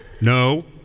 no